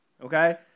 okay